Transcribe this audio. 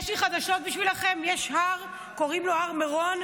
יש לי חדשות בשבילכם: יש הר, קוראים לו הר מירון.